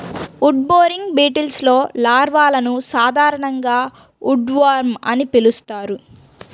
wood boring బీటిల్స్లో లార్వాలను సాధారణంగా ఉడ్వార్మ్ అని పిలుస్తారు